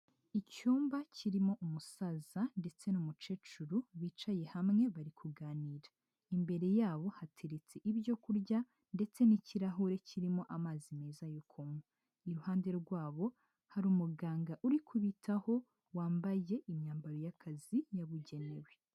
Icyumba kirimo umusaza ndetse n'umukecuru bicaye hamwe bari kuganira, imbere yabo hateretse ibyo kurya ndetse n'ikirahure kirimo amazi meza yo kunywa. Iruhande rwabo hari umuganga uri kubitaho wambaye imyambaro y'akazi yabugenewe.